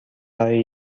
برای